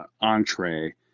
entree